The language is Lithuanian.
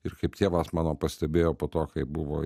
ir kaip tėvas mano pastebėjo po to kai buvo